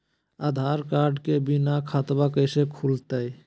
आधार card के बिना खाताबा कैसे खुल तय?